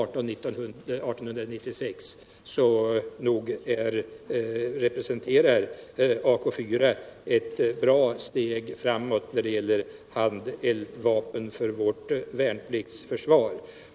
Så nog representerar Ak 4 ett bra steg framåt när det gäller handeldvapen för vårt värnpliktsförsvar.